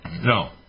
No